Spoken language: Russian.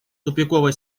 тупиковая